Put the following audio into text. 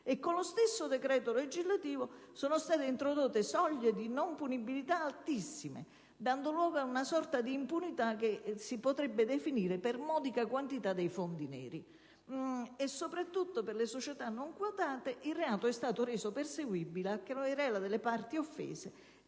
con lo stesso decreto legislativo, inoltre, sono state introdotte soglie di non punibilità altissime, dando luogo ad una sorta di impunità che si potrebbe definire per modica quantità di fondi neri. Soprattutto per le società non quotate, il reato è stato reso perseguibile a querela delle parti offese